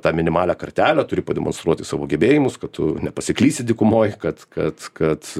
tą minimalią kartelę turi pademonstruoti savo gebėjimus kad tu nepasiklysi dykumoj kad kad kad